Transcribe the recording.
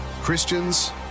Christians